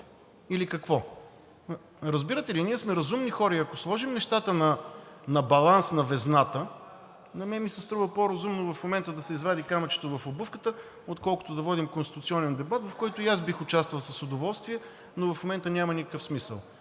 или какво? Разбирате ли? Ние сме разумни хора и ако сложим нещата на баланс на везната, на мен ми се струва по-разумно в момента да се извади камъчето от обувката, отколкото да водим конституционен дебат, в който и аз бих участвал с удоволствие, но в момента няма никакъв смисъл.